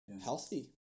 healthy